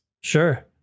Sure